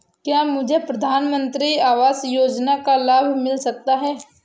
क्या मुझे प्रधानमंत्री आवास योजना का लाभ मिल सकता है?